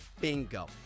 Bingo